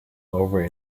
over